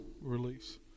release